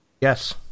Yes